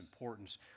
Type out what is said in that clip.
importance